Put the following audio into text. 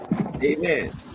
Amen